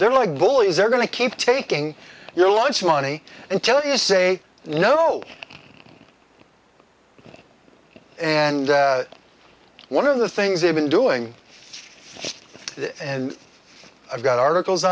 they're like bullies they're going to keep taking your lunch money until you say no and one of the things they've been doing and i've got articles